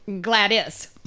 Gladys